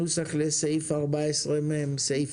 את הנוסח לסעיף 14מ(4)